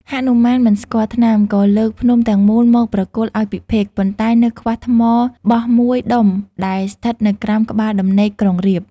ហនុមានមិនស្គាល់ថ្នាំ ក៏លើកភ្នំទាំងមូលមកប្រគល់ឱ្យពិភេក ប៉ុន្តែនៅខ្វះថ្មបស់មួយដុំដែលស្ថិតនៅក្រោមក្បាលដំណេកក្រុងរាពណ៍។